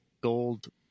gold